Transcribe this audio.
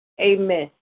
amen